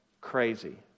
crazy